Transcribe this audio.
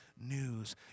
news